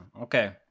okay